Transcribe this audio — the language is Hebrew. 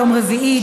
יום רביעי,